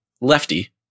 lefty